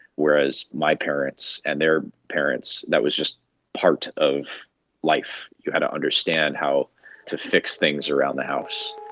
whereas my parents and their parents, that was just part of life, you had to understand how to fix things around the house.